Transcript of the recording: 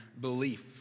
belief